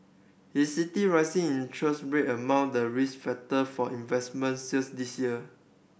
he city rising interest rate among the risk factor for investment sales this year